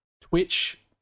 Twitch